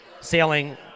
sailing